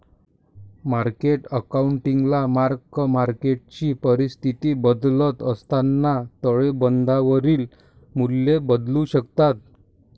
market अकाउंटिंगला मार्क मार्केटची परिस्थिती बदलत असताना ताळेबंदावरील मूल्ये बदलू शकतात